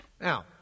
Now